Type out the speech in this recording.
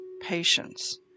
patience